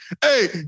Hey